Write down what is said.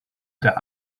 der